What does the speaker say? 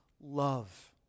love